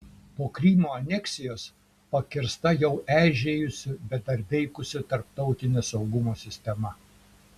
po krymo aneksijos pakirsta jau eižėjusi bet dar veikusi tarptautinė saugumo sistema